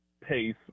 pace